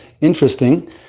interesting